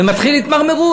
ומתחילה התמרמרות.